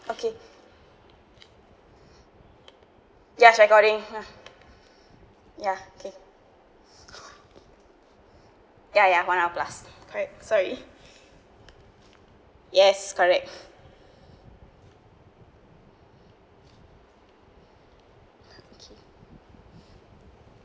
okay ya it's recording ya okay ya ya one hour plus correct sorry yes correct